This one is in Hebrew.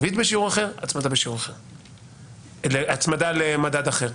ריבית בשיעור אחר, הצמדה למדד אחר.